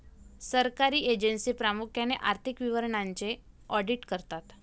सरकारी एजन्सी प्रामुख्याने आर्थिक विवरणांचे ऑडिट करतात